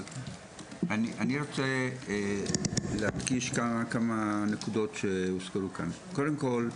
אבל אני רוצה להדגיש כמה נקודות שהוזכרו כאן: קודם כול,